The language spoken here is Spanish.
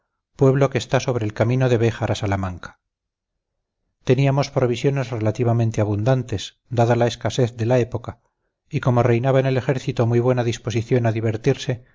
pueblo que está sobre el camino de béjar a salamanca teníamos provisiones relativamente abundantes dada la gran escasez de la época y como reinaba en el ejército muy buena disposición a divertirse